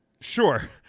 Sure